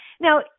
Now